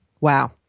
Wow